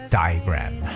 diagram